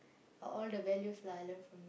all the values lah I learn from